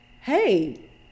Hey